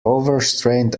overstrained